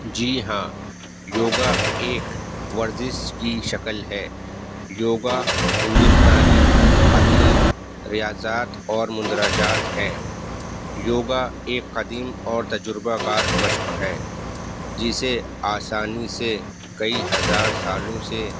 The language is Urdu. جی ہاں یوگا ایک ورزش کی شکل ہے یوگا ہندوستانی قدیم ریاضات اور مندرجات ہے یوگا ایک قدیم اور تجربہ کار مشق ہے جسے آسانی سے کئی ہزار سالوں سے